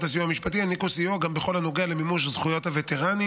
הסיוע המשפטי יעניקו סיוע גם בכל הנוגע למימוש זכויות הווטרנים